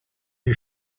you